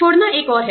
छोड़ना एक और है